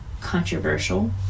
controversial